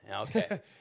Okay